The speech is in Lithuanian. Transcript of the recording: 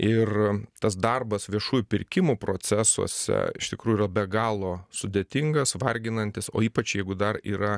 ir tas darbas viešųjų pirkimų procesuose iš tikrųjų yra be galo sudėtingas varginantis o ypač jeigu dar yra